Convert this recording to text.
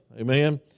Amen